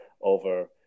over